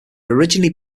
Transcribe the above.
originally